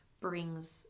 brings